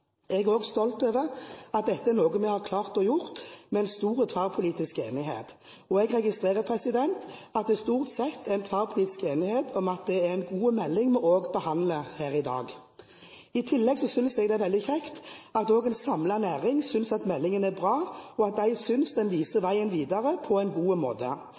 Jeg er også stolt over at dette er noe vi har klart å gjøre med en stor tverrpolitisk enighet. Jeg registrerer også at det stort sett er en tverrpolitisk enighet om at det er en god melding vi behandler her i dag. I tillegg synes jeg det er veldig kjekt at også en samlet næring synes meldingen er bra, og at de synes den viser veien videre på en god måte.